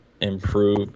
improve